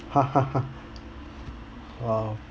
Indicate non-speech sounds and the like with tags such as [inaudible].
[noise] !wow!